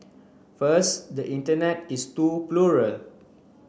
first the Internet is too plural